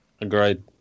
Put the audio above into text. Agreed